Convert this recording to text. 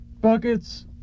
buckets